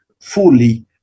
fully